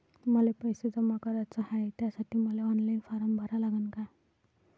मले पैसे जमा कराच हाय, त्यासाठी मले ऑनलाईन फारम भरा लागन का?